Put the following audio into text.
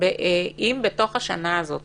אם בתוך השנה הזאת